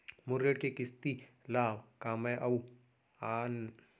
मोर ऋण के किसती ला का मैं अऊ लाइन पटा सकत हव?